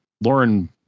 Lauren